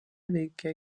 veikia